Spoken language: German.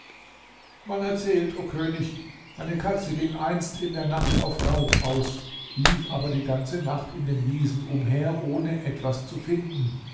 man erzählt o könig eine katze ging einst in der nacht auf raub aus lief aber die ganze nacht in den wiesen umher ohne etwas zu finden